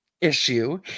issue